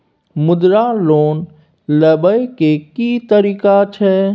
मुद्रा लोन लेबै के की तरीका छै?